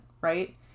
right